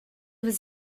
was